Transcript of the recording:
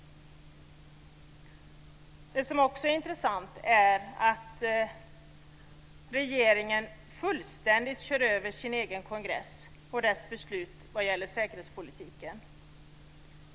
Det som också är intressant är att regeringen fullständigt kör över sin egen kongress och dess beslut vad gäller säkerhetspolitiken.